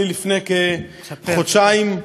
לפני כחודשיים,